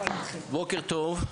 בוקר טוב,